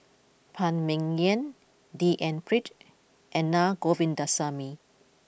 Phan Ming Yen D N Pritt and Na Govindasamy